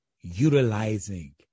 utilizing